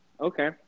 Okay